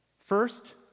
First